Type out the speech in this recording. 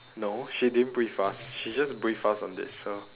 no she didn't brief us she just brief us on this so